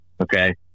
Okay